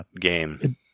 game